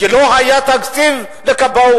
כי לא היה תקציב לכבאות.